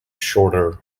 shorter